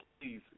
please